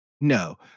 No